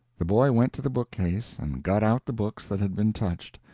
the boy went to the bookcase and got out the books that had been touched,